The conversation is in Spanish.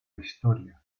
historia